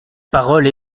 parole